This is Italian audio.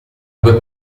due